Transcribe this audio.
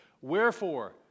Wherefore